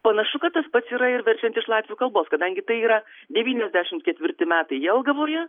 panašu kad tas pats yra ir verčiant iš latvių kalbos kadangi tai yra devyniasdešimt ketvirti metai jelgavoje